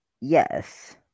Yes